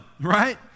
right